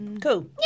cool